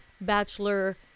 Bachelor